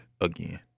again